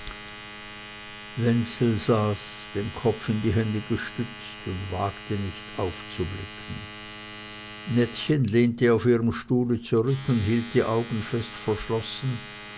wenzel saß den kopf in die hände gestützt und wagte nicht aufzublicken nettchen lehnte auf ihrem stuhle zurück und hielt die augen fest verschlossen